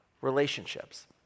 relationships